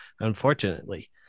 unfortunately